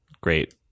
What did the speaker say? great